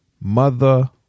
mother